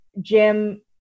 Jim